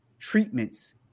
Treatments